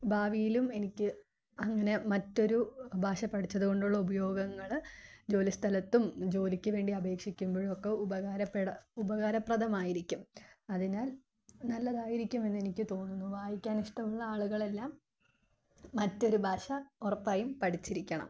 ഭാവിയിലും എനിക്ക് അങ്ങനെ മറ്റൊരു ഭാഷ പഠിച്ചത് കൊണ്ടുള്ള ഉപയോഗങ്ങള് ജോലി സ്ഥലത്തും ജോലിക്ക് വേണ്ടി അപേക്ഷിക്കുമ്പോഴും ഒക്കെ ഉപകാരപ്രദമായിരിക്കും അതിനാൽ നല്ലതായിരിക്കും എന്ന് എനിക്ക് തോന്നുന്നു വായിക്കാൻ ഇഷ്ടമുള്ള ആളുകളെല്ലാം മറ്റൊരു ഭാഷ ഉറപ്പായും പഠിച്ചിരിക്കണം